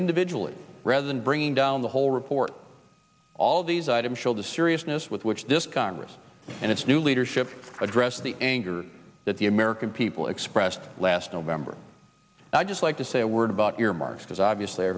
individually rather than bringing down the whole report all these items show the seriousness with which this congress and its new leadership address the anger that the american people expressed last november i just like to say a word about earmarks because obviously i